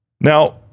Now